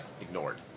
ignored